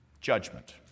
judgment